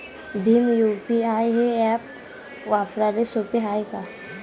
Bhim UPI हे app वापराले सोपे हाय का?